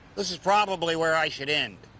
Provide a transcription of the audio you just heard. this is probably where i should end,